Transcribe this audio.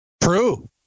True